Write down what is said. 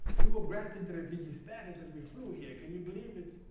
we were granted the refugee status and we flew here. can you believe it?